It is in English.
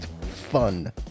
fun